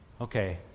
Okay